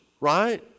right